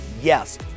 Yes